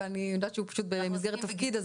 אבל אני יודעת שהוא עכשיו פשוט במסגרת תפקיד,